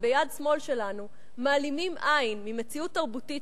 אבל ביד שמאל שלנו מעלימים עין ממציאות תרבותית